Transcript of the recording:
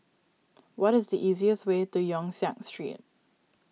what is the easiest way to Yong Siak Street